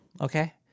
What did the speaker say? okay